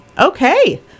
Okay